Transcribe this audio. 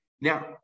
Now